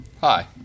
Hi